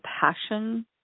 passion